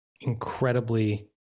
incredibly